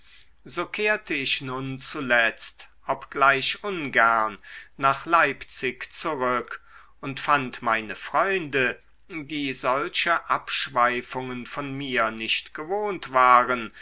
so kehrte ich nun zuletzt obgleich ungern nach leipzig zurück und fand meine freunde die solche abschweifungen von mir nicht gewohnt waren